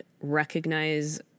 recognize